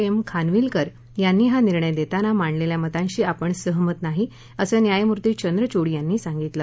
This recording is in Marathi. एम खानविलकर यांनी हा निर्णय देताना मांडलेल्या मतांशी आपण सहमत नाही असं न्यायमूर्ती चंद्रचूड यांनी सांगितलं